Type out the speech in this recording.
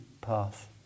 path